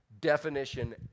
definition